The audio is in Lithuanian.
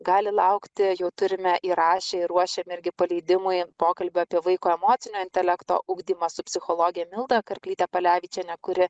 gali laukti jau turime įrašę ir ruošiam irgi paleidimui pokalbį apie vaiko emocinio intelekto ugdymą su psichologe milda karklyte palevičiene kuri